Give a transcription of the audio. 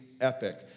epic